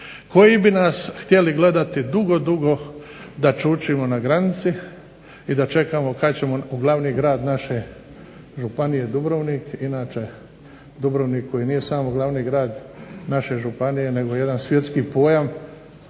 koji bi nas htjeli gledati da dugo, dugo čučimo na granici i da čekamo kada ćemo u glavni grad naše županije Dubrovnik, inače Dubrovnik koji nije samo glavni grad naše županije nego jedan svjetski pojam